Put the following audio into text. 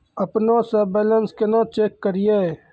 अपनों से बैलेंस केना चेक करियै?